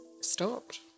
stopped